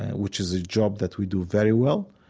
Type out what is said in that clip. which is a job that we do very well?